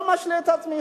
לא משלה את עצמי,